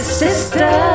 sister